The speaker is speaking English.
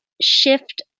shift